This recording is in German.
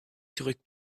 zurück